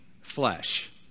flesh